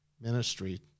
ministry